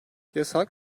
yasak